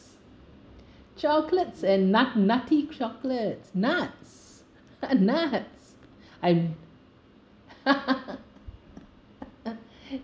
chocolates and nut nutty chocolates nuts uh nuts I